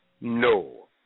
No